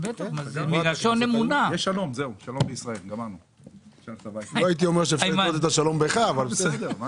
הצבעה בעד רוב גדול נגד 1